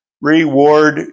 reward